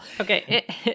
okay